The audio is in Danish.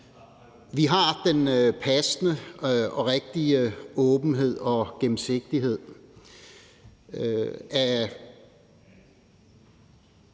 vi har den passende og rigtige åbenhed og gennemsigtighed.